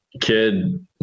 kid